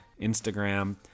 Instagram